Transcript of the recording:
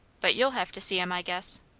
but you'll have to see em, i guess.